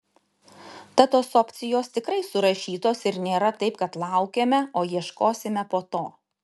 tad tos opcijos tikrai surašytos ir nėra taip kad laukiame o ieškosime po to